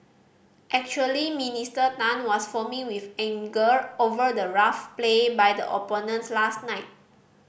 actually Minister Tan was foaming with anger over the rough play by the opponents last night